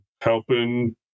helping